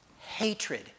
Hatred